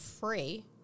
free